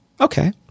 Okay